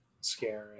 Scary